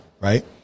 right